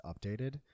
updated